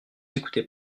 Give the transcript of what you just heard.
écoutez